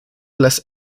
las